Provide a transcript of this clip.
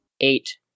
Eight